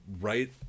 right